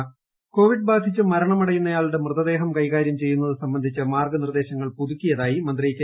പുതുക്കിയ മാർഗരേഖ കോവിഡ് ബാധിച്ച് മരണമടയുന്നയാളുടെ മൃതദേഹം കൈകാര്യം ചെയ്യുന്നത് സംബന്ധിച്ച് മാർഗനിർദേശങ്ങൾ പുതുക്കിയതായി മന്ത്രി കെ